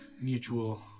mutual